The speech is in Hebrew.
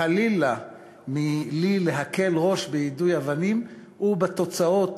חלילה לי מלהקל ראש ביידוי אבנים ובתוצאות